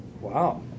Wow